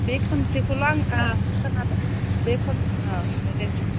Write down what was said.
बे खनसेखौल' ओं खोनादों बे खनसेल'